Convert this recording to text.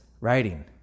writing